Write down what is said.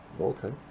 Okay